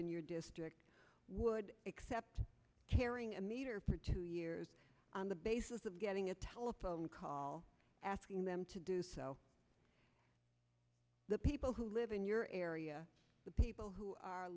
in your district would accept chairing a major producer years on the basis of getting a telephone call asking them to do so the people who live in your area the people who are